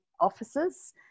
offices